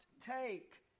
take